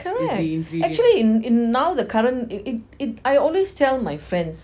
correct actually in in now the current it~ it~ I always tell my friends